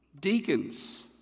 Deacons